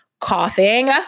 coughing